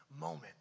moment